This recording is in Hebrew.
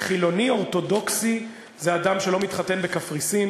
חילוני-אורתודוקסי זה אדם שלא מתחתן בקפריסין.